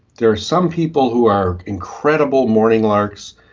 there are some people who are incredible morning larks,